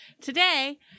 Today